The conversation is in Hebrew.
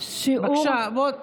בבקשה, בואו